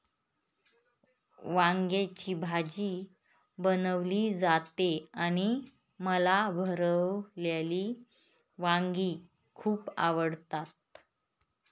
वांग्याची भाजी बनवली जाते आणि मला भरलेली वांगी खूप आवडतात